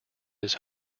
his